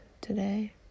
today